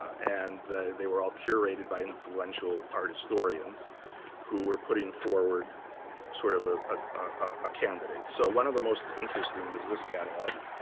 and they were all curated by influential art historians who were putting forward sort of a ah ah candidate. so one of the most interesting was this catalog,